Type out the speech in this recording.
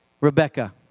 Rebecca